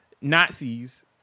Nazis